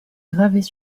gravées